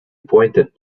pointed